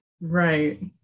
right